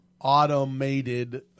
automated